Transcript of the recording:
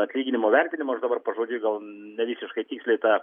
atlyginimo vertinimo aš dabar pažodžiui gal nevisiškai tiksliai tą